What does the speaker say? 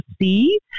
see